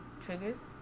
triggers